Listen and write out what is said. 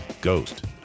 Ghost